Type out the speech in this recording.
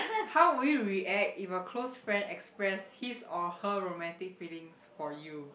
how will you react if a close friend express his or her romantic feelings for you